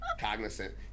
cognizant